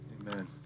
Amen